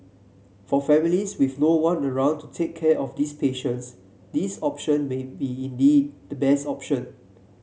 for families with no one around to take care of these patients this option may be indeed the best option